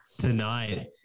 tonight